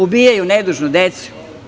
Ubijaju nedužnu decu.